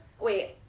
Wait